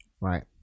Right